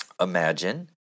imagine